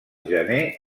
gener